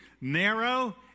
Narrow